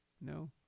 No